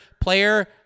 player